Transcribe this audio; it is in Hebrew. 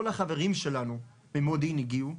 כל החברים שלנו ממודיעין הגיעו,